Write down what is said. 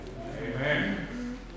Amen